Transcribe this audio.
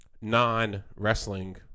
non-wrestling